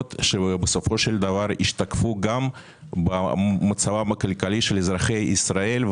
שבסופו של דבר ישתקפו גם במצבם הכלכלי של אזרחי ישראל.